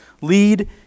lead